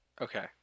Okay